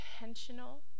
intentional